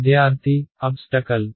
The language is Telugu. విద్యార్థి అబ్స్టకల్